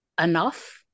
enough